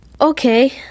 Okay